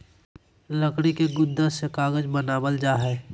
लकड़ी के गुदा से कागज बनावल जा हय